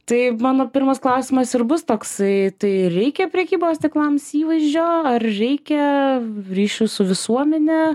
tai mano pirmas klausimas ir bus toksai tai reikia prekybos tinklams įvaizdžio ar reikia ryšių su visuomene